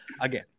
again